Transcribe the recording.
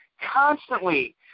Constantly